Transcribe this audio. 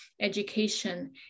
education